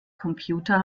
computer